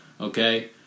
okay